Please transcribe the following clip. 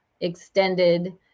extended